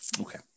Okay